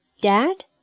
Dad